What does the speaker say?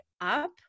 up